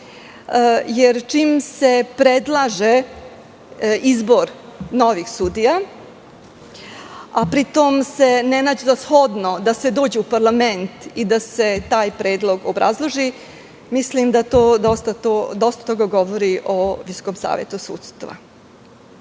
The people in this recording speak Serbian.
jer čim se predlaže izbor novih sudija, a pri tom se ne nađe za shodno da se dođe u Parlament i da se taj predlog obrazloži, mislim da to dosta toga govori o Visokom savetu